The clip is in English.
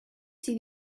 see